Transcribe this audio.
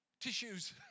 tissues